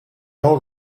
old